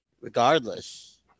regardless